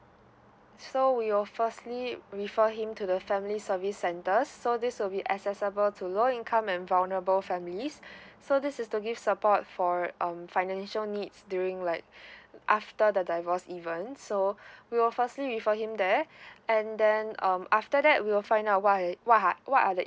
so we will firstly refer him to the family service centers so this will be accessible to low income and vulnerable families so this is to give support for um financial needs during like after the divorce even so we will firstly refer him there and then um after that we will find out why he what are what are the